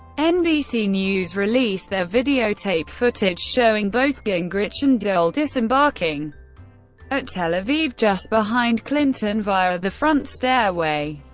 nbc news released their videotape footage showing both gingrich and dole disembarking at tel aviv just behind clinton via the front stairway.